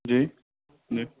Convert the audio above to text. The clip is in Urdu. جی جی